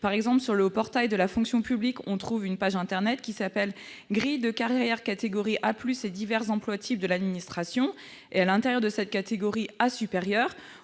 Par exemple, sur le portail de la fonction publique, il y a une page intitulée « Grilles de carrières de catégorie A+ et divers emplois types de l'administration ». À l'intérieur de cette « catégorie A supérieure